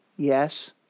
Yes